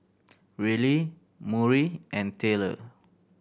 Riley Murry and Taylor